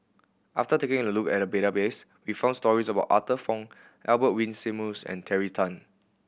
after taking a look at the database we found stories about Arthur Fong Albert Winsemius and Terry Tan